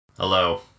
Hello